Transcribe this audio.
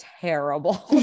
terrible